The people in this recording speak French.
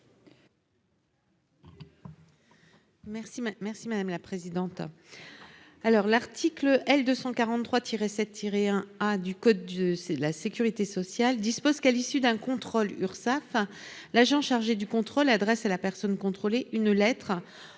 Mme Pascale Gruny. L'article L. 243-7-1 A du code de la sécurité sociale dispose qu'à l'issue d'un contrôle de l'Urssaf, l'agent chargé du contrôle adresse à la personne contrôlée une lettre